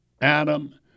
Adam